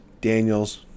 Daniels